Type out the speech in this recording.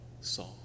saw